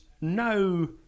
no